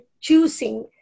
choosing